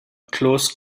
close